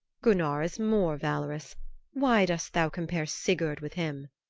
gunnar is more valorous why dost thou compare sigurd with him?